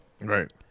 Right